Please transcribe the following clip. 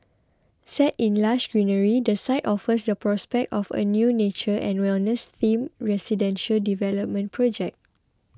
set in lush greenery the site offers the prospect of a new nature and wellness themed residential development project